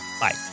Bye